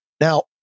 Now